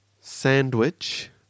Sandwich